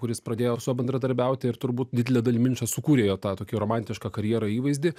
kuris pradėjo su juo bendradarbiauti ir turbūt didele dalimi linčas sukūrė jo tą tokį romantišką karjeroj įvaizdį